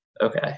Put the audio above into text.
Okay